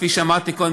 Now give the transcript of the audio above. כפי שאמרתי קודם,